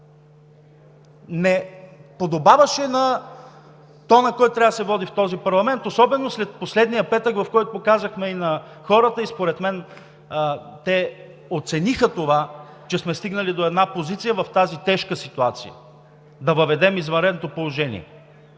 не подобаваше на тона, който трябва да се води в този парламент, особено след последния петък, в който показахме и на хората – и според мен те оцениха това, че сме стигнали до една позиция в тази тежка ситуация – да въведем извънредно положение.